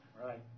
Right